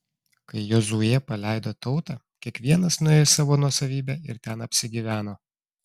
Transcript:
kai jozuė paleido tautą kiekvienas nuėjo į savo nuosavybę ir ten apsigyveno